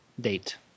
date